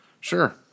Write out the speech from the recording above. Sure